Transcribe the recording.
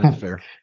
fair